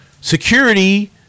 security